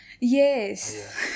Yes